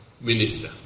Minister